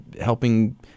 helping